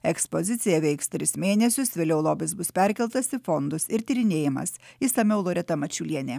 ekspozicija veiks tris mėnesius vėliau lobis bus perkeltas į fondus ir tyrinėjamas išsamiau loreta mačiulienė